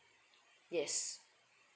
yes